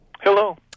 Hello